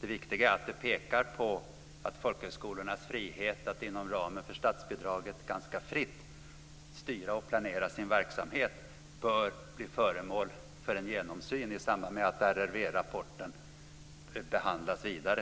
Det viktiga är att det pekar på att folkhögskolornas möjlighet att inom ramen för statsbidraget ganska fritt styra och planera sin verksamhet bör bli föremål för en genomsyn i samband med att RRV-rapporten behandlas vidare.